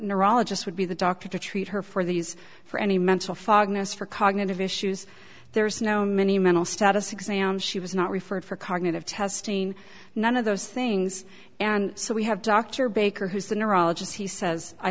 neurologist would be the doctor to treat her for these for any mental fogginess for cognitive issues there's now many mental status exam she was not referred for cognitive testing none of those things and so we have dr baker who's the neurologist he says i